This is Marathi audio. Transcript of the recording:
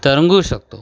तरंगू शकतो